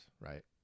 right